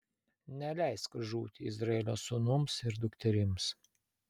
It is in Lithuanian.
neleisk žūti izraelio sūnums ir dukterims